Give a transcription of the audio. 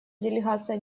делегация